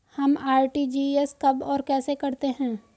हम आर.टी.जी.एस कब और कैसे करते हैं?